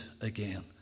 again